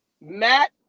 Matt